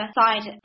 side